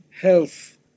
health